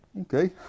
okay